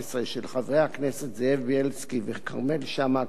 של חברי הכנסת זאב בילסקי וכרמל שאמה-הכהן,